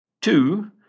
Two